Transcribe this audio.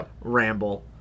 ramble